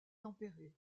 tempérées